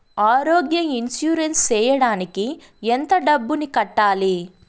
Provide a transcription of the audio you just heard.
ఆరోగ్య ఇన్సూరెన్సు సేయడానికి ఎంత డబ్బుని కట్టాలి?